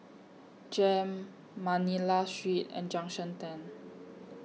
Jem Manila Street and Junction ten